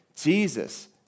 Jesus